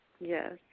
Yes